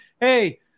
hey